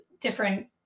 different